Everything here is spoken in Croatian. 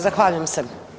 Zahvaljujem se.